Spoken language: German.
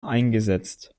eingesetzt